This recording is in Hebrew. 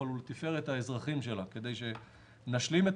אבל הוא לתפארת האזרחים שלה כדי שנשלים את